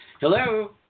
Hello